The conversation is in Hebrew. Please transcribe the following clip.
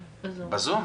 בזום?